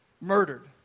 murdered